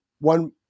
one